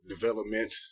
development